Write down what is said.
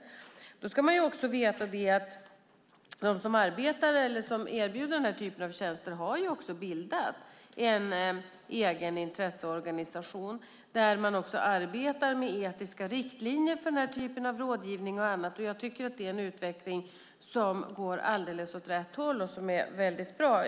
Man ska också veta att de som erbjuder den här typen av tjänster också har bildat en egen intresseorganisation där de arbetar med etiska riktlinjer för den här typen av rådgivning och annat. Jag tycker att det är en utveckling som går alldeles åt rätt håll och som är väldigt bra.